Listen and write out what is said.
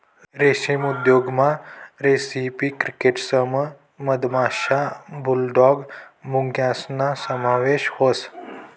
रेशीम उद्योगमा recipe crickets मधमाशा, बुलडॉग मुंग्यासना समावेश व्हस